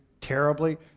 terribly